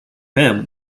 him